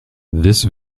this